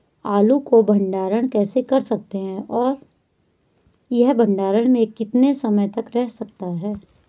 आलू को भंडारण कैसे कर सकते हैं और यह भंडारण में कितने समय तक रह सकता है?